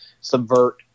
subvert